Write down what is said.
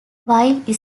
while